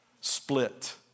split